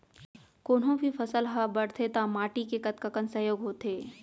कोनो भी फसल हा बड़थे ता माटी के कतका कन सहयोग होथे?